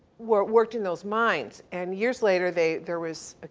were worked in those mines and years later they there was.